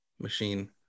machine